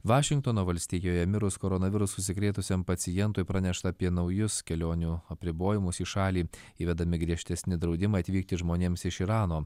vašingtono valstijoje mirus koronavirusu užsikrėtusiam pacientui praneša apie naujus kelionių apribojimus į šalį įvedami griežtesni draudimai atvykti žmonėms iš irano